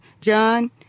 John